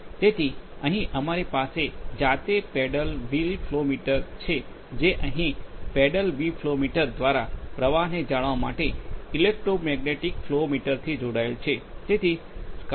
તેથી અહીં અમારી પાસે જાતે પેડલ વ્હીલ ફ્લો મીટર છે જે અહીં પેડલ વ્હીલ ફ્લો મીટર દ્વારા પ્રવાહને જાણવા માટે ઇલેક્ટ્રોમેગ્નેટિક ફ્લો મીટરથી જોડાયેલ છે